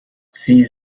sie